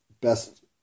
best